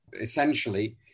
Essentially